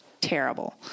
Terrible